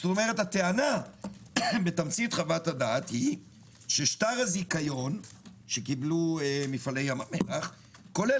הטענה בתמצית חוות הדעת היא ששטר הזיכיון שקיבלו מפעלי ים המלח כולל